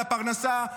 על הפרנסה.